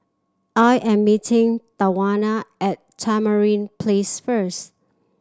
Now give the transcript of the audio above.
I am meeting Tawanna at Tamarind Place first